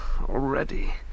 Already